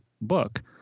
book